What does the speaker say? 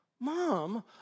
Mom